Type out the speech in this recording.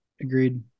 Agreed